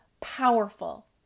powerful